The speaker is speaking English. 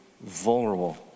vulnerable